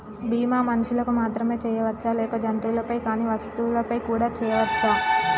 బీమా మనుషులకు మాత్రమే చెయ్యవచ్చా లేక జంతువులపై కానీ వస్తువులపై కూడా చేయ వచ్చా?